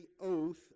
oath